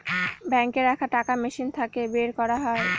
বাঙ্কে রাখা টাকা মেশিন থাকে বের করা যায়